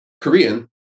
Korean